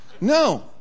No